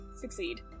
succeed